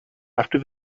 after